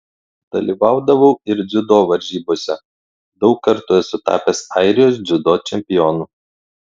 dalyvaudavau ir dziudo varžybose daug kartų esu tapęs airijos dziudo čempionu